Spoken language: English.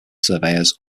surveyors